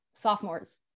Sophomores